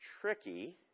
tricky